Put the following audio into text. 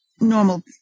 normal